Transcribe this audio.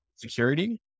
security